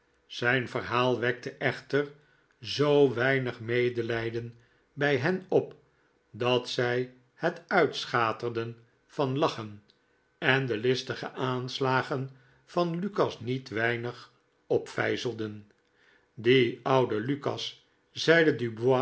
zijn verhaal wekte echter zoo weinig medelijden bij hen op dat zij het uitschaterden van lachen en de listige aanslagen van lukas niet weinig opvijzelden die oude lukas zeide